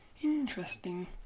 Interesting